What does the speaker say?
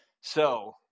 So-